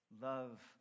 Love